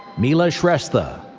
mila shrestha.